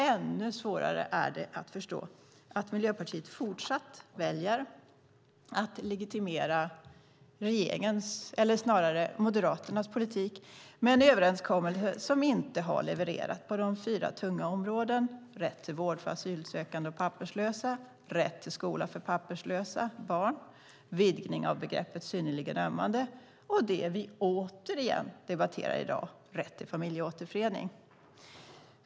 Ännu svårare är det att förstå att Miljöpartiet fortsatt väljer att legitimera regeringens, eller snarare Moderaternas, politik med en överenskommelse som inte har levererat på de fyra tunga områdena rätt till vård för asylsökande och papperslösa, rätt till skola för papperslösa barn, vidgning av begreppet "synnerligen ömmande" och det som vi återigen debatterar i dag, nämligen rätt till familjeåterförening.